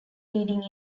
leading